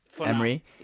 Emery